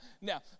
Now